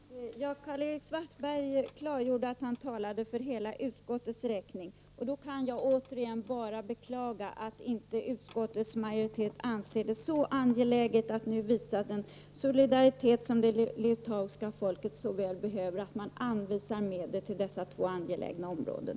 Herr talman! Karl-Erik Svartberg klargjode att han talade för hela utskottets räkning. Jag kan återigen bara beklaga att inte utskottets majoritet anser det så angeläget att nu visa den solidaritet som det litauiska folket så väl behöver att man anvisar medel till dessa två angelägna områden.